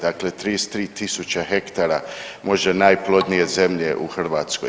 Dakle, 33.000 hektara možda najplodnije zemlje u Hrvatskoj.